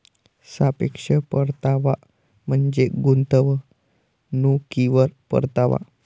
सापेक्ष परतावा म्हणजे गुंतवणुकीवर परतावा